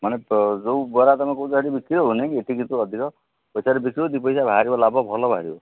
ମାନେ ଯେଉଁ ବରା ତମେ କହୁଛ ସେଠି ବିକ୍ରି ହଉନି ଏଠି କିନ୍ତୁ ଅଧିକ ପଇସାରେ ବିକ୍ରି ହଉ ଦୁଇ ପଇସା ବାହାରିବ ଲାଭ ଭଲ ବାହାରିବ